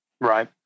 right